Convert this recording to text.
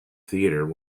theater